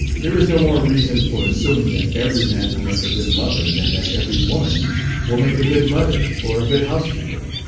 there is no more reason for assuming that every man will make a good lover than that every woman will make a good mother or a good housekeeper.